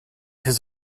his